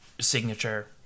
signature